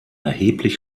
erheblich